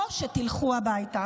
או שתלכו הביתה.